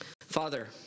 Father